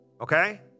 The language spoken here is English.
Okay